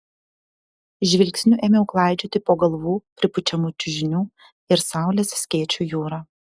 žvilgsniu ėmiau klaidžioti po galvų pripučiamų čiužinių ir saulės skėčių jūrą